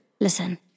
Listen